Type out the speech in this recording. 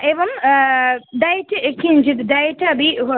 एवं डैट् किञ्चित् डैट् अपि